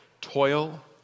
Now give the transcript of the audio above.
Toil